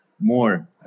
more